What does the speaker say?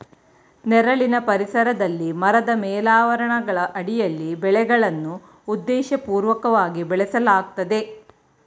ನೆರಳಿನ ಪರಿಸರದಲ್ಲಿ ಮರದ ಮೇಲಾವರಣಗಳ ಅಡಿಯಲ್ಲಿ ಬೆಳೆಗಳನ್ನು ಉದ್ದೇಶಪೂರ್ವಕವಾಗಿ ಬೆಳೆಸಲಾಗ್ತದೆ